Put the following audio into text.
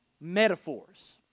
metaphors